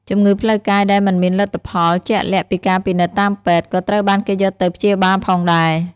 ជំងឺផ្លូវកាយដែលមិនមានលទ្ធផលជាក់លាក់ពីការពិនិត្យតាមពេទ្យ ក៏ត្រូវបានគេយកទៅព្យាបាលផងដែរ។